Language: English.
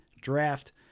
draft